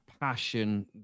passion